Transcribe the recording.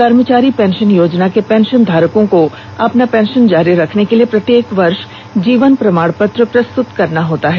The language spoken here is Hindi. कर्मचारी पेंशन योजना के पेंशनधारकों को अपना पेंशन जारी रखने के लिए प्रत्येक वर्ष जीवन प्रमाण पत्र प्रस्तुत करना पड़ता है